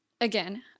again